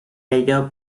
ello